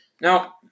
Now